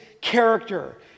character